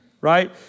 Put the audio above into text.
right